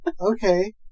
okay